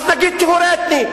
אז נגיד: טיהור אתני.